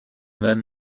then